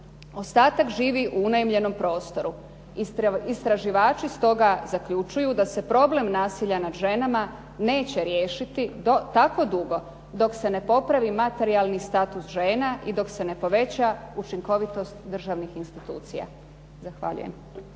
Ostatak živi u unajmljenom prostoru. Istraživački stoga zaključuju da se problem nasilja nad ženama neće riješiti tako dugo dok se ne popravi materijalni status žena i dok se ne poveća učinkovitost državnih institucija. Zahvaljujem.